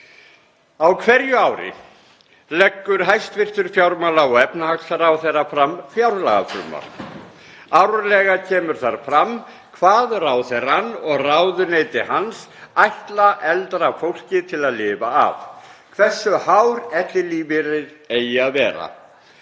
Á hverju ári leggur hæstv. fjármála- og efnahagsráðherra fram fjárlagafrumvarp. Árlega kemur þar fram hvað ráðherrann og ráðuneyti hans ætla eldra fólki til að lifa af, hversu hár ellilífeyrir eigi að vera.